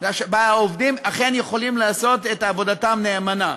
ובה העובדים אכן יכולים לעשות את עבודתם נאמנה.